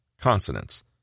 consonants